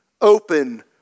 open